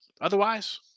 Otherwise